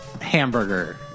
hamburger